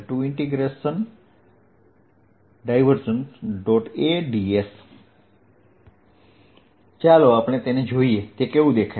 ds ચાલો આપણે તેને જોઈએ તે કેવું દેખાય છે